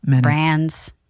brands